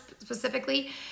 specifically